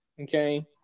okay